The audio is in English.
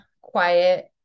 quiet